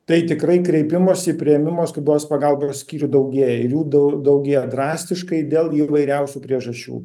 tai tikrai kreipimosi į priėmimo skubios pagalbos skyrių daugėja jų daugėja drastiškai dėl įvairiausių priežasčių